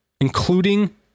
including